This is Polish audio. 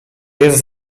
jest